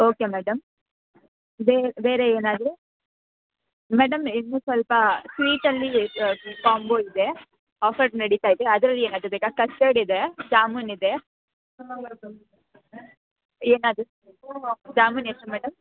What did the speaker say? okay madam ಬೇರೆ ಏನಾದರು madam ಇನ್ನು ಸ್ವಲ್ಪ ಸ್ವೀಟಲ್ಲಿ ಕಾಂಬೋ ಇದೆ ಆಫರ್ ನಡೀತಾಯಿದೆ ಅದರಲ್ಲಿ ಏನಾದರು ಬೇಕಾ ಕಸ್ಟರ್ಡ್ ಇದೆ ಜಾಮೂನ್ ಇದೆ ಏನಾದರು ಜಾಮೂನ್ ಎಷ್ಟು ಮೇಡಮ್